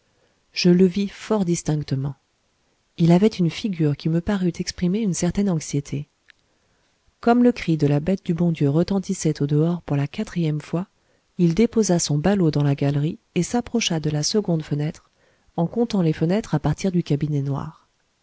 je le vis fort distinctement il avait une figure qui me parut exprimer une certaine anxiété comme le cri de la bête du bon dieu retentissait au dehors pour la quatrième fois il déposa son ballot dans la galerie et s'approcha de la seconde fenêtre en comptant les fenêtres à partir du cabinet noir